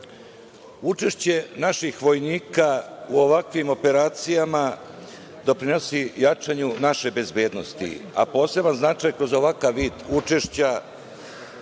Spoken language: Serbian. strane. Učešće naših vojnika u ovakvim operacijama doprinosi jačanju naše bezbednosti, a poseban značaj kroz ovakav vid učešća